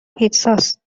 پیتزاست